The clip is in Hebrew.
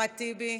אחמד טיבי,